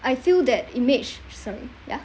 I feel that image sorry ya